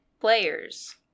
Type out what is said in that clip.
players